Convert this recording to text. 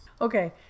Okay